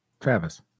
Travis